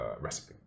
recipe